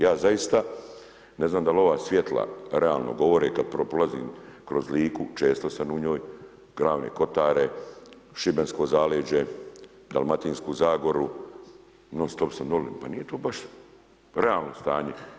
Ja zaista ne znam da li ova svjetla realno govore kad prolazim kroz Liku, često sam u njoj, Ravne Kotare, Šibensko zaleđe, Dalmatinsku zagoru, non stop sam doli, pa nije to baš realno stanje.